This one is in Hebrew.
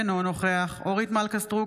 אינו נוכח אורית מלכה סטרוק,